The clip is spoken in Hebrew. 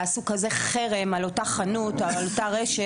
יעשו כזה חרם על אותה חנות או על אותה רשת,